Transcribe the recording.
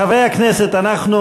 חברי הכנסת, אנחנו